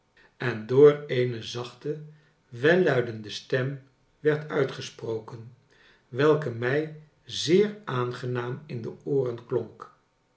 en door eene zachte welluidende stem werd uitgesprbken welke mij zeer aangenaam in de ooren klonk